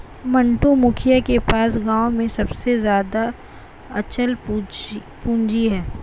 मंटू, मुखिया के पास गांव में सबसे ज्यादा अचल पूंजी है